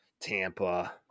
Tampa